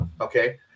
okay